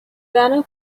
venom